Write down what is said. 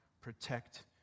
protect